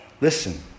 Listen